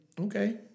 okay